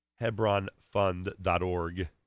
Hebronfund.org